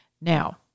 Now